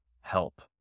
help